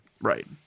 Right